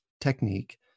technique